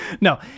No